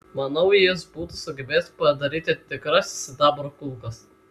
manau jis būtų sugebėjęs padaryti tikras sidabro kulkas